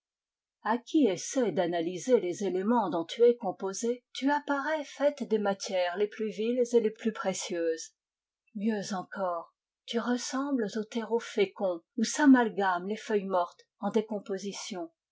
a qui essaie d'analyser les éléments dont tu es composée tu apparais faite des matières les plus viles et les plus précieuses mieux encore tu ressembles au terreau fécond où s'amalgament les feuilles mortes en décomposition